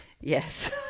Yes